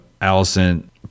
Allison